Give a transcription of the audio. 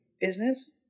business